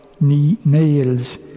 Nails